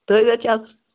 تُہۍ